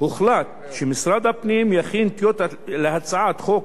הוחלט שמשרד הפנים יכין טיוטה להצעת חוק